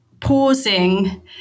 pausing